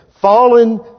fallen